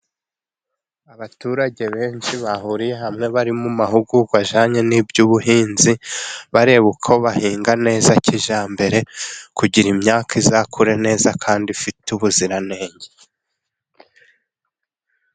Abaturage benshi, bahuriye hamwe, bari mu mahugurwa, ajyanye n'iby'ubuhinzi. Bareba uko bahinga neza kijyambere, kugira ngo imyaka izakure neza, kandi ifite ubuziranenge.